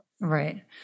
Right